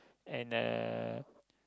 and uh